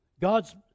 God's